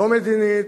לא מדינית,